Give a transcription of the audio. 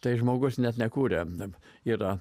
tai žmogus nes nekuria yra